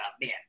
man